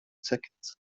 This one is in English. ticket